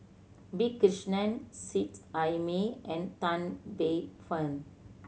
P Krishnan Seet Ai Mee and Tan Paey Fern